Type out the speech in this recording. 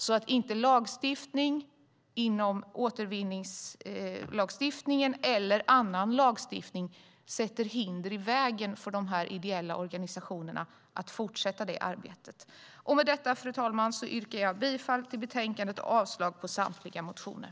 Återvinningslagstiftning och annan lagstiftning får inte sätta hinder i vägen för de ideella organisationernas fortsatta arbete. Med detta, fru talman, yrkar jag bifall till utskottets förslag i betänkandet och avslag på samtliga motioner.